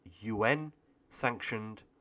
UN-sanctioned